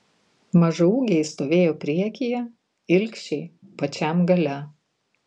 mažaūgiai stovėjo priekyje ilgšiai pačiam gale